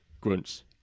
grunts